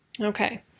Okay